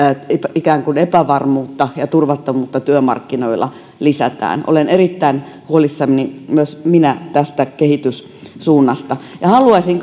ikään kuin epävarmuutta ja turvattomuutta työmarkkinoilla lisätään olen erittäin huolissani myös minä tästä kehityssuunasta haluaisin